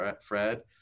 Fred